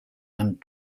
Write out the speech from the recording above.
and